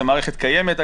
אגב, מערכת כזאת קיימת.